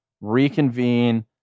reconvene